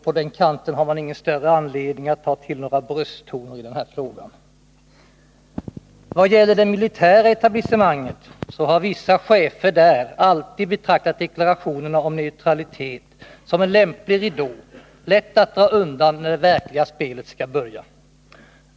På den kanten har man alltså ingen större anledning att ta till några brösttoner i den här frågan. Vad gäller det militära etablissemanget har vissa chefer där alltid betraktat deklarationerna om neutralitet som en lämplig ridå, lätt att dra undan när det verkliga spelet skall börja.